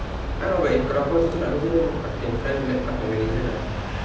I know but if kalau nak apa I can try let ask my manager lah